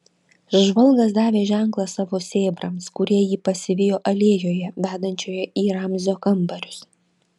žvalgas davė ženklą savo sėbrams kurie jį pasivijo alėjoje vedančioje į ramzio kambarius